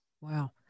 Wow